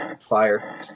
fire